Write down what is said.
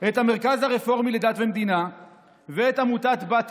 את המרכז הרפורמי לדת ומדינה ואת עמותת בת קול,